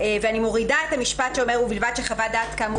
ואני מורידה את המשפט שאומר "ובלבד שחוות דעת כאמור